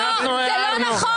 לא, זה לא נכון.